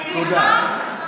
תודה רבה.